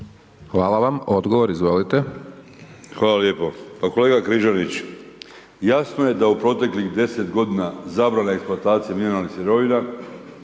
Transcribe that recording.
**Đakić, Josip (HDZ)** Hvala lijepo, pa kolega Križanić jasno je da u proteklih 10 godina zabrana eksploatacije mineralnih sirovina